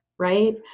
Right